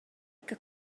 que